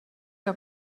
que